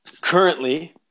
currently